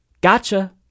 gotcha